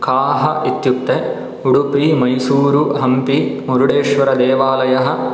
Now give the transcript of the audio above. काः इत्युक्ते उडुपि मैसुरु हम्पि मुरुडेश्वरदेवालयः